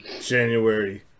January